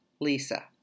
Lisa